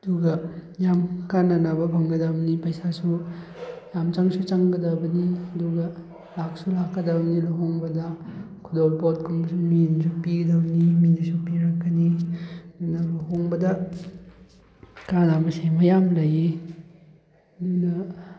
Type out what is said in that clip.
ꯑꯗꯨꯒ ꯌꯥꯝ ꯀꯥꯟꯅꯅꯕ ꯐꯪꯒꯗꯕꯅꯤ ꯄꯩꯁꯥꯁꯨ ꯌꯥꯝ ꯆꯪꯁꯨ ꯆꯪꯒꯗꯕꯅꯤ ꯑꯗꯨꯒ ꯂꯥꯛꯁꯨ ꯂꯥꯛꯀꯗꯕꯅꯤ ꯂꯨꯍꯣꯡꯕꯗ ꯈꯨꯗꯣꯜ ꯄꯣꯠꯀꯨꯝꯕꯁꯨ ꯃꯤꯅꯁꯨ ꯄꯤꯒꯗꯕꯅꯤ ꯃꯤꯅꯁꯨ ꯄꯤꯔꯛꯀꯅꯤ ꯅꯪ ꯂꯨꯍꯣꯡꯕꯗ ꯀꯥꯟꯅꯕꯁꯦ ꯃꯌꯥꯝ ꯂꯩꯌꯦ ꯑꯗꯨꯅ